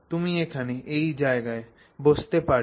তুমি এখানে এই জায়গায় বসতে পারবে